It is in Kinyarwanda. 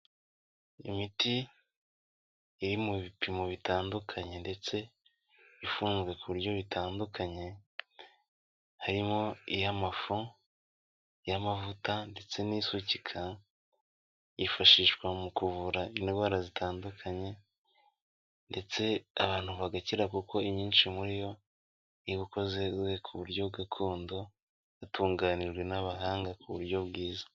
Imiti iri mu bipimo bitandukanye ndetse ifunzwe ku buryo bitandukanye, harimo iy'amafu, iy'amavuta ndetse n'isukika, yifashishwa mu kuvura indwara zitandukanye ndetse abantu bagakira kuko imyinshi muri yo iba ikoze ku buryo gakondo, yatunganijwe n'abahanga ku buryo bwiza.